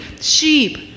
sheep